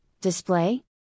display